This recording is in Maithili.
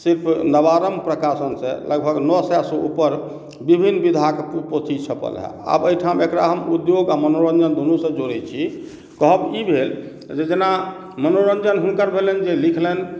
सिर्फ नवारम्भ प्रकाशन सॅं लगभग नओ सए सॅं ऊपर विभिन्न विधाक पोथी छपल हँ आब एहिठाम एकरा हम उद्योग आ मनोरञ्जन दुनू सॅं जोड़ै छी कहब ई भेल जे जेना मनोरञ्जन हुनकर भेलनि जे लिखलनि